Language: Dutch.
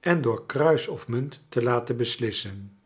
en door kruis of rnunt te laten beslissen